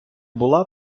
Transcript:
була